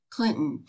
Clinton